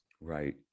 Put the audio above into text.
right